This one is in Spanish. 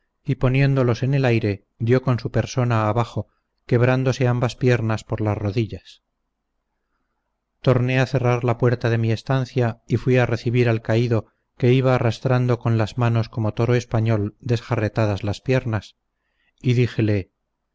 y poniéndolos en el aire dio con su persona abajo quebrándose ambas piernas por las rodillas torné a cerrar la puerta de mi estancia y fui a recibir al caído que iba arrastrando con las manos como toro español desjarretadas las piernas y díjele